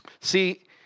See